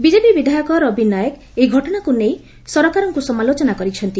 BJP ବିଧାୟକ ରବି ନାୟକ ଏହି ଘଟଶାକୁ ନେଇ ସରକାରଙ୍କୁ ସମାଲୋଚନା କରିଛନ୍ତି